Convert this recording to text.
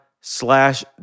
slash